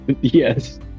Yes